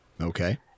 Okay